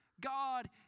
God